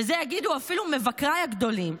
ואת זה יגידו אפילו מבקריי הגדולים,